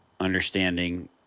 understanding